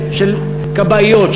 של כבאיות,